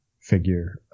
figure